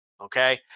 okay